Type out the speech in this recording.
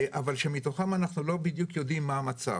אבל שמתוכם אנחנו לא בדיוק יודעים מה המצב.